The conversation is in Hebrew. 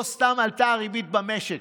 לא סתם עלתה הריבית במשק.